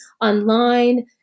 online